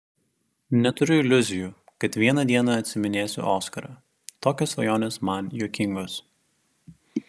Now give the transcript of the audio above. neturiu iliuzijų kad vieną dieną atsiiminėsiu oskarą tokios svajonės man juokingos